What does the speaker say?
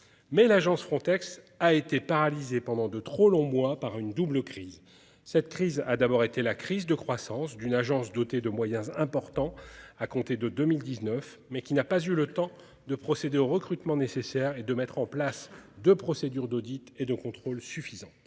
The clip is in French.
Mais l'agence Frontex a été paralysé pendant de trop longs mois par une double crise, cette crise a d'abord été la crise de croissance, d'une agence dotée de moyens importants à compter de 2019, mais qui n'a pas eu le temps de procéder aux recrutements nécessaires et de mettre en place de procédures d'audits et de contrôles suffisante.